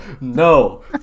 no